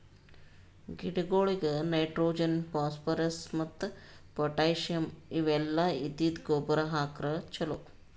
ಗಿಡಗೊಳಿಗ್ nitrogen, phosphorus ಮತ್ತ್ potassium ಇವೆಲ್ಲ ಇದ್ದಿದ್ದ್ ಗೊಬ್ಬರ್ ಹಾಕ್ರ್ ಛಲೋ